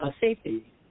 safety